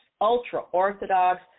ultra-Orthodox